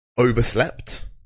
overslept